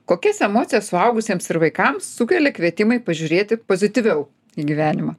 kokias emocijas suaugusiems ir vaikams sukelia kvietimai pažiūrėti pozityviau į gyvenimą